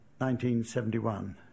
1971